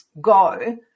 go